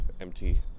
empty